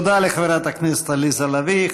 תודה לחברת הכנסת עליזה לביא.